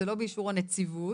זה לא באישור הנציבות.